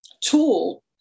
tool